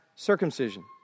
Circumcision